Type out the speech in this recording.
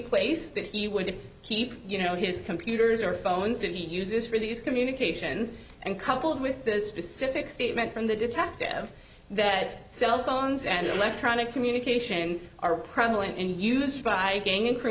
place that he would keep you know his computers or phones that he uses for these communications and coupled with the specific statement from the detective that cell phones and the electronic communication are prevalent and used by gang and crew